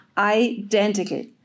Identical